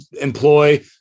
employ